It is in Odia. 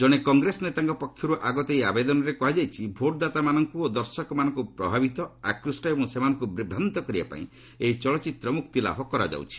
ଜଣେ କଂଗ୍ରେସ ନେତାଙ୍କ ପକ୍ଷରୁ ଆଗତ ଏହି ଆବେଦନରେ କୁହାଯାଇଛି ଭୋଟଦାତାମାନଙ୍କୁ ଓ ଦର୍ଶକମାନଙ୍କୁ ପ୍ରଭାବିତ ଆକ୍ରୁଷ୍ଟ ଏବଂ ସେମାନଙ୍କୁ ବିଭ୍ରାନ୍ତ କରିବା ପାଇଁ ଏହି ଚଳଚ୍ଚିତ୍ର ମୁକ୍ତିଲାଭ କରାଯାଉଛି